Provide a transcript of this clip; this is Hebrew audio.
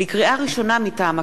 בזבוז כספים